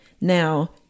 now